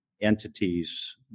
entities